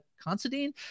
Considine